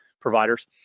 providers